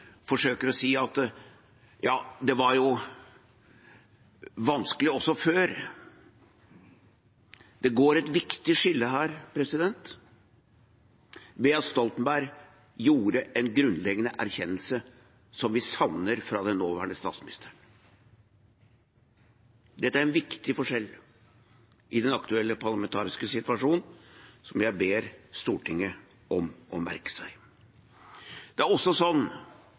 forsøker å si at ja, det var jo vanskelig også før. Det går et viktig skille her ved at Stoltenberg kom med en grunnleggende erkjennelse, noe vi savner fra den nåværende statsministeren. Dette er en viktig forskjell i den aktuelle parlamentariske situasjonen, som jeg ber Stortinget om å merke seg. Det er også sånn